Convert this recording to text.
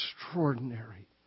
extraordinary